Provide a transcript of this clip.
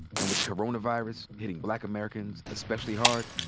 and with coronavirus hitting black americans especially hard,